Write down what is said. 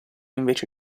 invece